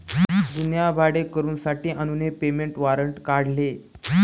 जुन्या भाडेकरूंसाठी अनुने पेमेंट वॉरंट काढले